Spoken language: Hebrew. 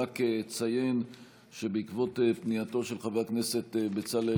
אני רק אציין שבעקבות פנייתו של חבר הכנסת בצלאל